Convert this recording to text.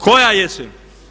Koja jesen?